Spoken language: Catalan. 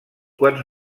quants